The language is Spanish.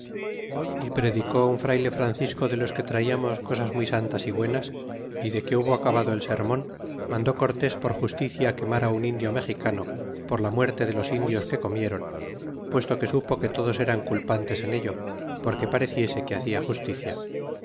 y predicó un frayle francisco de los que tratamos cosas muy santas y buenas y de que hubo acabado el sermon mandó cortés por justicia quemar á un indio mexicano por la mueabe de los indios que comiéron puesto que supo que todos eran culpantes en ello porque pareciese que hacia justicia